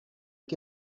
que